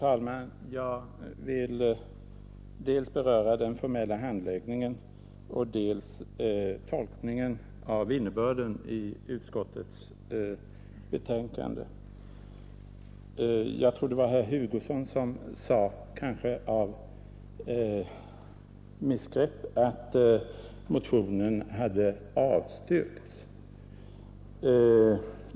Herr talman! Jag vill beröra dels den formella handläggningen av detta ärende, dels tolkningen av utskottets skrivning. Det var väl herr Hugosson som sade — kanske av misstag — att motionen hade avstyrkts.